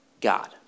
God